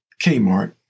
Kmart